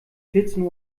vierzehn